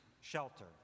shelter